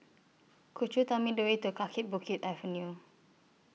Could YOU Tell Me The Way to Kaki Bukit Avenue